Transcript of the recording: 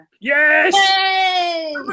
Yes